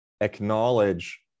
acknowledge